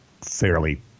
fairly